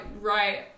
right